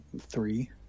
Three